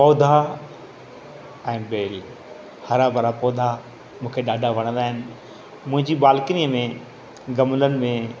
पौधा ऐं बेली हरा भरा पौधा मूंखे ॾाढा वणंदा आहिनि मुंहिंजी बालकनी में गमलनि में